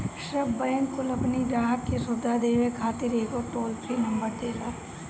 सब बैंक कुल अपनी ग्राहक के सुविधा देवे खातिर एगो टोल फ्री नंबर देला